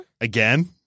again